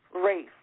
race